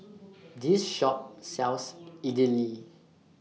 This Shop sells Idili